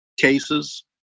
cases